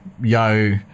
Yo